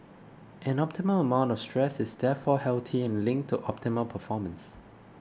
an optimal amount stress is therefore healthy and linked to optimal performance